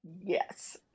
yes